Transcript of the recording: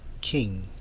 King